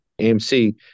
AMC